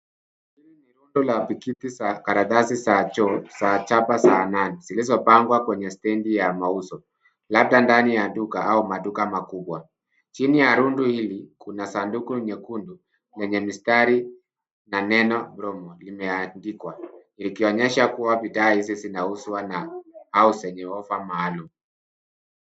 Hii ni rundo la pakiti za karatasi za choo za chapa za Hanan, zilizopangwa kwenye stengi ya mauzo, labda ndani ya duka au maduka makubwa . Chini ya rundu hili, kuna sanduku nyekundu lenye mistari na neno promo promo limeandikwa. zikionyesha kua bidhaa hizi zinauzwa na au zenye ofa maalumu.